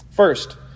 First